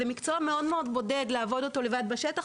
זה מקצוע מאוד בודד לעבוד אותו לבד בשטח,